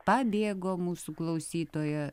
pabėgo mūsų klausytoja